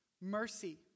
mercy